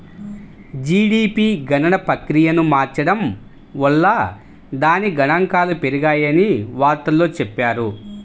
GDP గణన ప్రక్రియను మార్చడం వల్ల దాని గణాంకాలు పెరిగాయని వార్తల్లో చెప్పారు